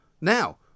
Now